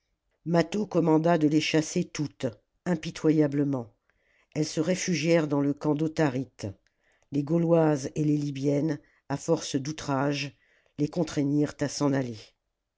mâtho commanda de les chasser toutes impitoyablement elles se réfugièrent dans le camp d'autharite les gauloises et les libyennes à force d'outrages les contraignirent à s'en aller